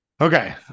okay